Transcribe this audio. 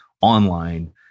online